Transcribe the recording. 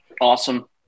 Awesome